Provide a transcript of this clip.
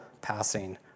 passing